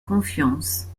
confiance